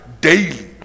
daily